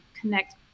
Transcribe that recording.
connect